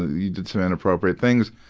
you did some inappropriate things.